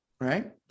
Right